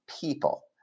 people